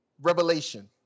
Revelation